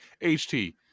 HT